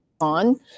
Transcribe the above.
on